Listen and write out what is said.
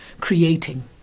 creating